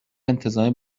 انتظامی